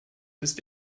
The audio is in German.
ist